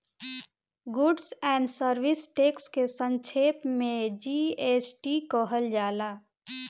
goods and service tax के संक्षेप में जी.एस.टी कहल जाला